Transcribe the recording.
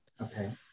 okay